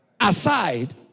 aside